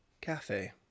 Cafe